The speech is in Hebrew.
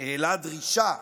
העלה דרישה